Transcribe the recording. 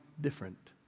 different